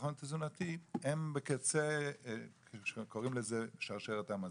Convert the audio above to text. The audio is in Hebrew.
בביטחון תזונתי הם בקצה של מה שנקרא שרשרת המזון.